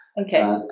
Okay